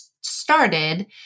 started